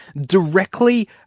directly